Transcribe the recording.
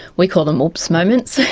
we call them oops moments,